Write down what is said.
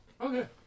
Okay